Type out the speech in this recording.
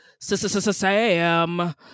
Sam